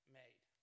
made